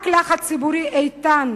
רק לחץ ציבורי איתן